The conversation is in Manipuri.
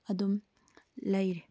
ꯑꯗꯨꯝ ꯂꯩꯔꯤ